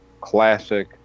classic